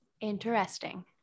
Interesting